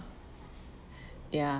ya